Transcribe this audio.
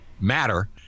matter